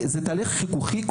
תהליך חיכוכי.